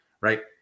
right